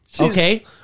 Okay